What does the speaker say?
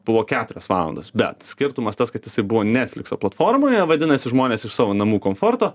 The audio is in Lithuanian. buvo keturios valandos bet skirtumas tas kad jisai buvo netflikso platformoje vadinasi žmonės iš savo namų komforto